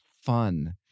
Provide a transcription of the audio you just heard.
fun